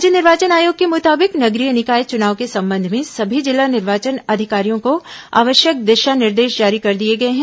राज्य निर्वाचन आयोग के मुताबिक नगरीय निकाय चुनाव के संबंध में सभी जिला निर्वाचन अधिकारियों को आवश्यक दिशा निर्देश जारी कर दिए गए हैं